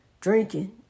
drinking